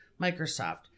Microsoft